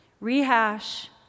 Rehash